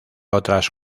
otras